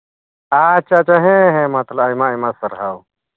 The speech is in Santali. ᱟᱪᱷᱟ ᱟᱪᱷᱟ ᱦᱮᱸ ᱦᱮᱸ ᱢᱟ ᱛᱟᱦᱚᱞᱮ ᱟᱭᱢᱟ ᱟᱭᱢᱟ ᱥᱟᱨᱦᱟᱣ